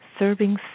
Serving